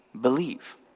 believe